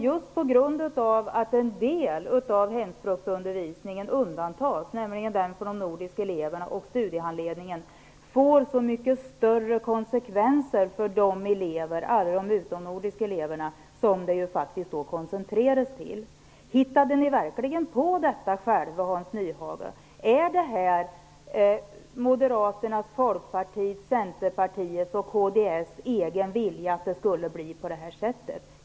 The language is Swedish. Just på grund av att studiehandledningen och en del av hemspråksundervisningen undantas, nämligen den för de nordiska eleverna, får förslaget så mycket större konsekvenser för alla de utomnordiska elever som det faktiskt koncentreras till Hittade ni verkligen på detta själva, Hans Nyhage? Är det Moderaternas, Folkpartiets, Centerpartiets och kds egen vilja att det skulle bli på det här sättet?